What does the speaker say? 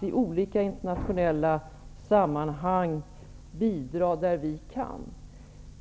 i olika internationella sammanhang för att bidra där vi kan.